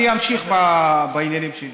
אני אמשיך בעניינים שלי.